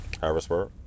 Harrisburg